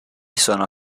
sono